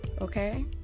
Okay